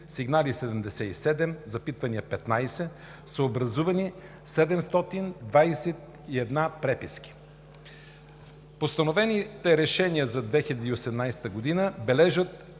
сигнали – 77, запитвания – 15, образувани са 721 преписки. Постановените решения за 2018 г. бележат